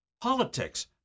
Politics